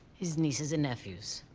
his nieces and nephews.